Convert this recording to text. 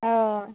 हय